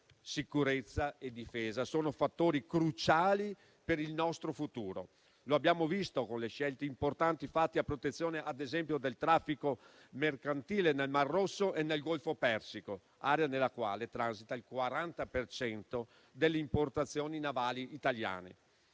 Sicurezza e difesa sono fattori cruciali per il nostro futuro. Lo abbiamo visto con le scelte importanti fatte a protezione, ad esempio, del traffico mercantile nel mar Rosso e nel Golfo Persico, area nella quale transita il 40 per cento delle importazioni navali italiane.